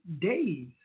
days